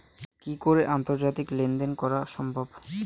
কি করে আন্তর্জাতিক লেনদেন করা সম্ভব?